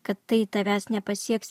kad tai tavęs nepasieks